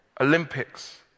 Olympics